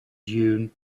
dune